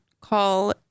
call